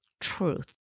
truth